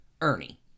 Ernie